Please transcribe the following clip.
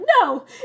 no